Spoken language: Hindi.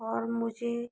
और मुझे